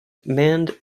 manned